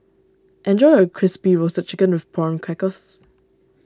enjoy your Crispy Roasted Chicken with Prawn Crackers